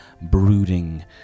brooding